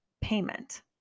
payment